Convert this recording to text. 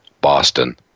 Boston